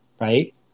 right